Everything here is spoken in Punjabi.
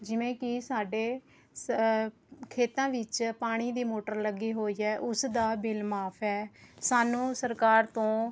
ਜਿਵੇਂ ਕਿ ਸਾਡੇ ਸ ਖੇਤਾਂ ਵਿੱਚ ਪਾਣੀ ਦੀ ਮੋਟਰ ਲੱਗੀ ਹੋਈ ਹੈ ਉਸ ਦਾ ਬਿੱਲ ਮਾਫ ਹੈ ਸਾਨੂੰ ਸਰਕਾਰ ਤੋਂ